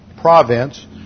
province